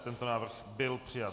Tento návrh byl přijat.